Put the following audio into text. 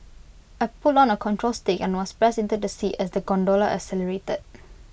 I pulled on A control stick and was pressed into the seat as the gondola accelerated